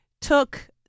took